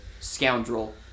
scoundrel